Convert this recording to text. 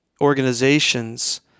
organizations